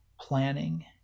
planning